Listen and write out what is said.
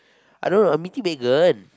I don't know I'm meeting Megan